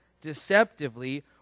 deceptively